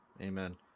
Amen